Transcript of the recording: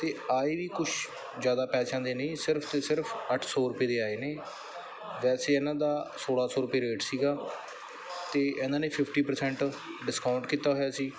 ਅਤੇ ਆਏ ਵੀ ਕੁਛ ਜ਼ਿਆਦਾ ਪੈਸਿਆਂ ਦੇ ਨਹੀਂ ਸਿਰਫ 'ਤੇ ਸਿਰਫ ਅੱਠ ਸੌ ਰੁਪਏ ਦੇ ਆਏ ਨੇ ਵੈਸੇ ਇਹਨਾਂ ਦਾ ਸੌਲ੍ਹਾਂ ਸੌ ਰੁਪਏ ਰੇਟ ਸੀਗਾ ਅਤੇ ਇਹਨਾਂ ਨੇ ਫਿਫਟੀ ਪਰਸੈਂਟ ਡਿਸਕਾਊਂਟ ਕੀਤਾ ਹੋਇਆ ਸੀ